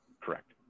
correct